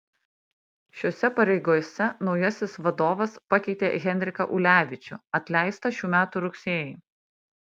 šiose pareigose naujasis vadovas pakeitė henriką ulevičių atleistą šių metų rugsėjį